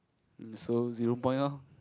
so zero point lor